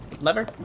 lever